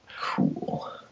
cool